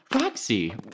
Roxy